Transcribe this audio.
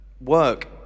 work